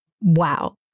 Wow